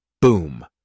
Boom